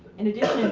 in addition,